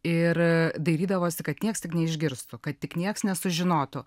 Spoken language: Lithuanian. ir dairydavosi kad niekas tik neišgirstų kad tik nieks nesužinotų